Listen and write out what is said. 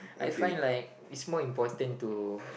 I find like it's more important to